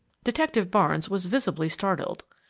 detective barnes was visibly startled.